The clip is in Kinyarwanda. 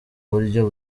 buryo